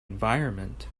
environment